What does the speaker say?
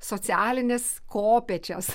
socialines kopėčias